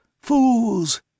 Fools